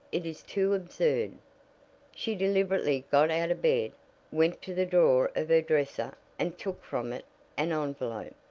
it is too absurd she deliberately got out of bed, went to the drawer of her dresser and took from it an envelope.